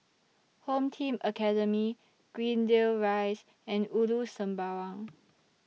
Home Team Academy Greendale Rise and Ulu Sembawang